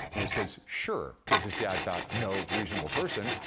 and he says, sure, cause his dad thought no reasonable person.